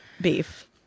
beef